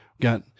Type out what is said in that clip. Got